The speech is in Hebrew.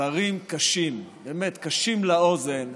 דברים קשים, באמת קשים לאוזן,